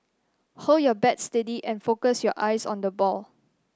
hold your bat steady and focus your eyes on the ball